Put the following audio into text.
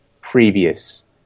previous